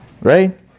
Right